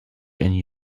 and